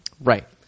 right